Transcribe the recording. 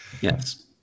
Yes